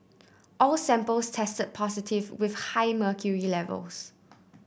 all samples tested positive with high mercury levels